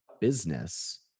business